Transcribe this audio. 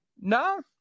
No